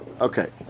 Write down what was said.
Okay